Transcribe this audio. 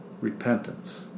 repentance